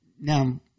now